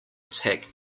attack